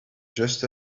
just